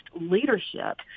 leadership